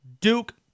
Duke